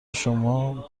شما